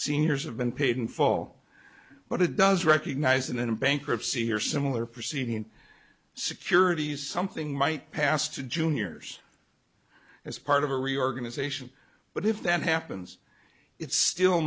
seniors have been paid in fall but it does recognize it in a bankruptcy or similar proceeding in securities something might pass to juniors as part of a reorganization but if that happens it still